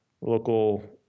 local